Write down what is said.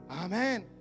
Amen